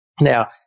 Now